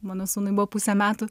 mano sūnui buvo pusė metų